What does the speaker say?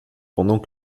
pendant